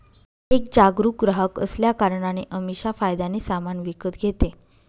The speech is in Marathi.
एक जागरूक ग्राहक असल्या कारणाने अमीषा फायद्याने सामान विकत घेते